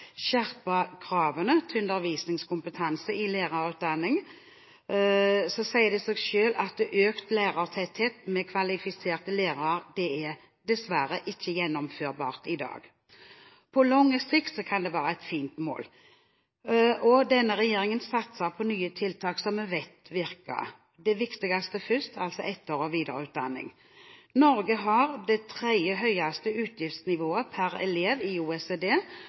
kravene til undervisningskompetanse i lærerutdanningen, sier det seg selv at økt lærertetthet med kvalifiserte lærere dessverre ikke er gjennomførbart i dag. På lang sikt kan det være et fint mål. Denne regjeringen satser på nye tiltak som vi vet virker – det viktigste først, altså etter- og videreutdanning. Norge har det tredje høyeste utgiftsnivået per elev i OECD